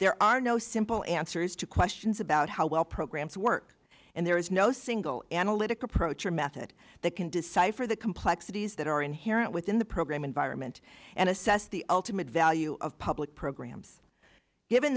there are no simple answers to questions about how well programs work and there is no single analytic approach or method that can decipher the complexities that are inherent within the program environment and assess the ultimate value of public programs given